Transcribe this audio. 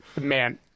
man